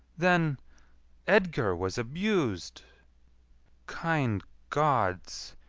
then edgar was abus'd kind gods,